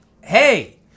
Hey